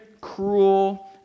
cruel